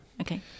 okay